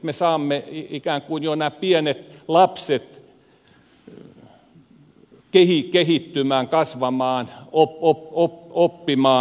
me saamme ikään kuin jo nämä pienet lapset kehittymään kasvamaan oppimaan